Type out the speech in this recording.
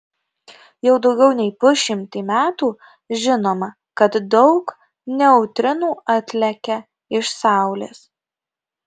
jau daugiau nei pusšimtį metų žinoma kad daug neutrinų atlekia iš saulės